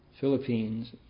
Philippines